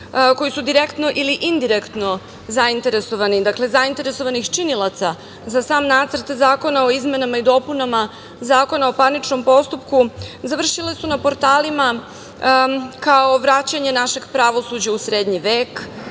koji su direktno ili indirektno zainteresovani, dakle zainteresovanih činilaca za sam Nacrt zakona o izmenama i dopunama Zakona o parničnom postupku, završile su na portalima kao vraćanje našeg pravosuđa u srednji vek,